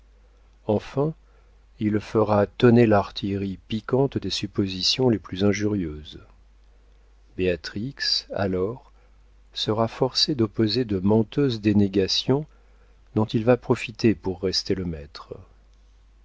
enfin il fera tonner l'artillerie piquante des suppositions les plus injurieuses béatrix alors sera forcée d'opposer de menteuses dénégations dont il va profiter pour rester le maître